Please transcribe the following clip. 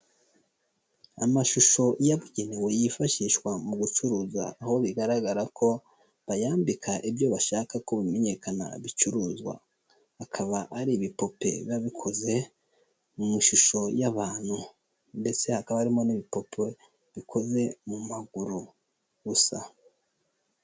Amashusho yabugenewe yifashishwa mu gucuruza aho bigaragara ko bayambika ibyo bashaka ko bimenyekana bicuruzwa. Akaba ari ibipupe biba bikozwe mu mashusho y'abantu, ndetse hakaba harimo n'ibipupe bikoze mu maguru gusa.